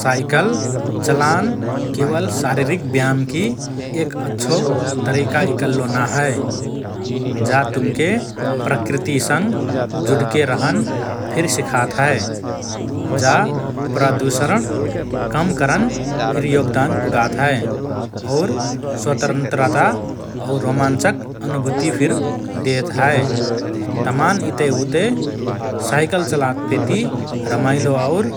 साइकल चलान केवल शारीरिक व्यायामकि एक अच्छो तरिका इकल्लो ना हए, जा तुमके प्रकृतिसँग जुडके रहन फिर सिखात हए । जा प्रदुषण कम करन फिर योगदान पुगात हए और स्वतन्त्रता और रोमञ्चक अनुभुति फिर देत हए । तमान् इतेउते साइकल चलातपेति रमाइलो और